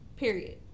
period